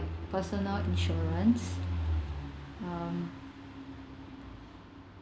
personal insurance um